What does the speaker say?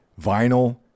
vinyl